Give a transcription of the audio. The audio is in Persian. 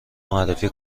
معرفی